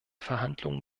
verhandlungen